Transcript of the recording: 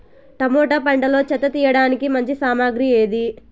Tomato పంటలో చెత్త తీయడానికి మంచి సామగ్రి ఏది?